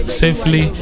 safely